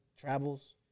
travels